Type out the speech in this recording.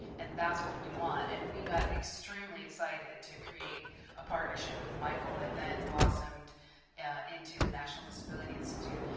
and that's what we want. and we got extremely excited to create a partnership with michael that then blossomed into the national disability institute.